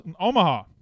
Omaha